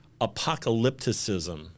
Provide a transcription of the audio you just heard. apocalypticism